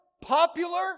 popular